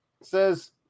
says